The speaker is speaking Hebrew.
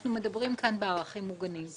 אנחנו מדברים כאן בערכים מוגנים,